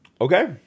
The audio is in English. Okay